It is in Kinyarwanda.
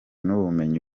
n’ubumenyi